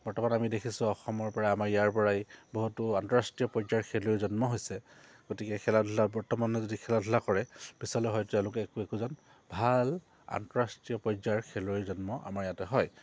বৰ্তমান আমি দেখিছোঁ অসমৰ পৰা আমাৰ ইয়াৰ পৰাই বহুতো আন্তঃৰাষ্ট্ৰীয় পৰ্যায়ৰ খেলুৱৈ জন্ম হৈছে গতিকে খেলা ধূলা বৰ্তমানে যদি খেলা ধূলা কৰে পিছলে হয় তেওঁলোকে একো একোজন ভাল আন্তঃৰাষ্ট্ৰীয় পৰ্যায়ৰ খেলুৱৈৰ জন্ম আমাৰ ইয়াতে হয়